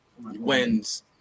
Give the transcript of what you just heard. wins